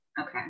Okay